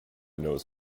knows